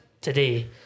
today